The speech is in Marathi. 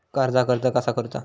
कर्जाक अर्ज कसा करुचा?